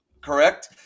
correct